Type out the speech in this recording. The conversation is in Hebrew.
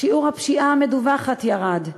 שיעור הפשיעה המדווחת ירד,